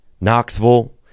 Knoxville